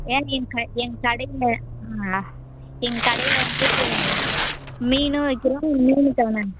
ஏ என் க எங்க கடையில் எங்க கடையில் வந்துவிட்டு மீனும் விற்கிறோம்